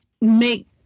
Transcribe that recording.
make